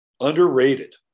Underrated